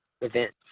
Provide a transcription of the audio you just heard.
events